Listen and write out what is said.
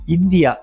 India